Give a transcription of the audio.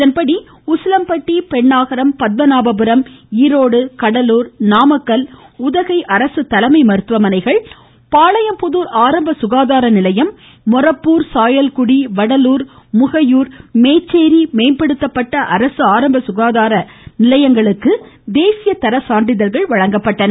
இதன்படி உசிலம்பட்டி பெண்ணாகரம் பத்மநாபபுரம் ஈரோடு கடலூர் நாமக்கல் உதகை அரசு தலைமை மருத்துவமனைகள் பாளையம்புதூர் ஆரம்ப சுகாதார நிலையம் மொரப்பூர் சாயல்குடி வடலூர் முகையூர் மேச்சேரி ஆகிய மேம்படுத்தப்பட்ட அரசு ஆரம்ப சுகாதார நிலையங்களுக்கும் தேசிய தர சான்றிதழ்கள் வழங்கப்பட்டுள்ளன